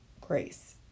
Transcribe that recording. grace